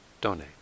donate